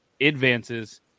advances